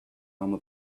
mama